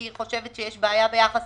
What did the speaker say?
כי היא חושבת שיש בעיה ביחס